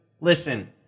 listen